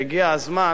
והגיע הזמן